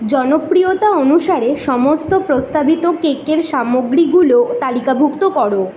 জনপ্রিয়তা অনুসারে সমস্ত প্রস্তাবিত কেকের সামগ্রীগুলো তালিকাভুক্ত কর